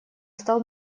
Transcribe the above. стал